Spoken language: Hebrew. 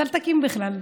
אז אל תקים בכלל.